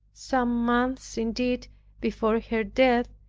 some months indeed before her death,